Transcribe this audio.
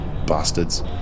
bastards